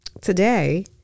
today